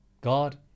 God